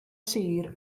sir